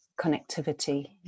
connectivity